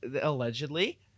allegedly